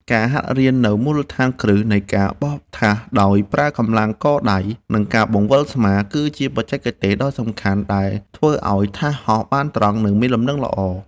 ការហាត់រៀននូវមូលដ្ឋានគ្រឹះនៃការបោះថាសដោយប្រើកម្លាំងកដៃ និងការបង្វិលស្មា គឺជាបច្ចេកទេសដ៏សំខាន់ដែលធ្វើឱ្យថាសហោះបានត្រង់ និងមានលំនឹងល្អ។